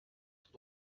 tout